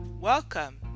Welcome